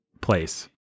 place